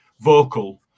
vocal